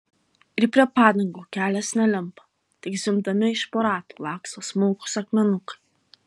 ir prie padangų kelias nelimpa tik zvimbdami iš po ratų laksto smulkūs akmenukai